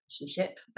relationship